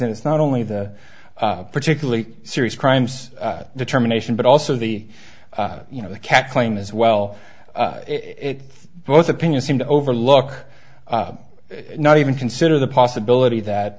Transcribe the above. and it's not only the particularly serious crimes determination but also the you know the cat claim as well it both opinions seem to over look not even consider the possibility that